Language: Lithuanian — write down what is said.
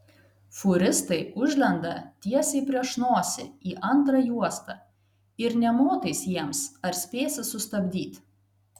fūristai užlenda tiesiai prieš nosį į antrą juostą ir nė motais jiems ar spėsi sustabdyt